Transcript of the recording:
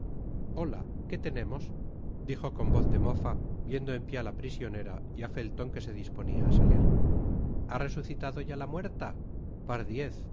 ola qué tenemos dijo con voz de mofa viendo en pié á la prisionera y a felton que se disponia á salir ha resucitado ya la muerta pardiez